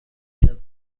کرد